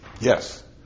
Yes